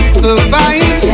survive